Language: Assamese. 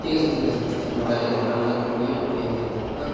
ঠিক আছে ঠিক আছে ঠিক আছে মই কাইলৈ দহটামান বজাত ফোন কৰিম আপুনি আহি যাব হা